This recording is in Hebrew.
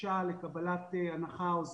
בקשה לקבלת הנחה או זיכוי,